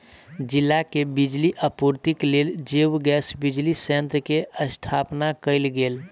जिला के बिजली आपूर्तिक लेल जैव गैस बिजली संयंत्र के स्थापना कयल गेल